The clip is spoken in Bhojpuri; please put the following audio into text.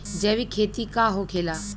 जैविक खेती का होखेला?